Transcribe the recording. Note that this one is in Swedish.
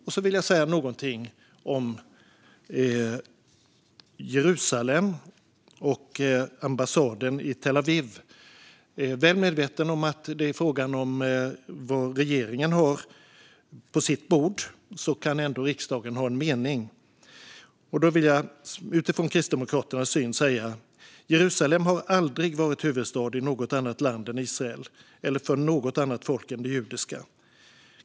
Jag vill också säga något om Jerusalem och ambassaden i Tel Aviv. Väl medveten om att det är fråga om vad regeringen har på sitt bord kan ändå riksdagen ha en mening. Utifrån Kristdemokraternas uppfattning kan jag säga att Jerusalem aldrig har varit huvudstad i något annat land än Israel eller för något annat folk än det judiska.